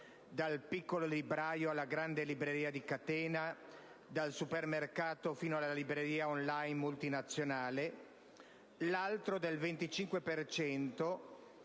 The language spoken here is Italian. dal piccolo libraio alla grande libreria di catena, dal supermercato fino alla libreria multinazionale *on line*; l'altro, del 25